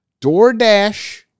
DoorDash